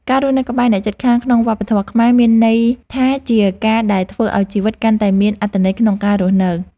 ការរស់នៅក្បែរអ្នកជិតខាងក្នុងវប្បធម៌ខ្មែរមានន័យថា ជាការដែលធ្វើឲ្យជីវិតកាន់តែមានអត្ថន័យក្នុងការរស់នៅ។